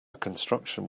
construction